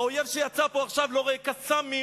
האויב שיצא פה עכשיו לא רואה "קסאמים",